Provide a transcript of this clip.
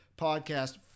podcast